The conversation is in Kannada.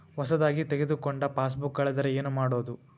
ಹೊಸದಾಗಿ ತೆಗೆದುಕೊಂಡ ಪಾಸ್ಬುಕ್ ಕಳೆದರೆ ಏನು ಮಾಡೋದು?